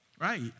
Right